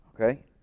okay